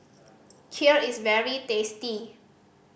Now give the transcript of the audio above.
kheer is very tasty